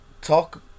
talk